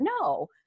No